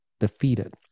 defeated